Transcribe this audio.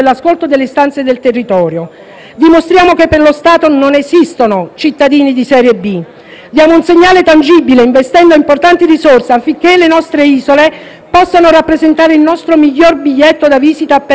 dimostriamo che per lo Stato non esistono cittadini di serie B; diamo un segnale tangibile investendo importanti risorse affinché le nostre isole possano rappresentare il nostro miglior biglietto da visita per l'Europa e per il mondo.